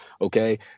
okay